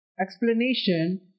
Explanation